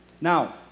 Now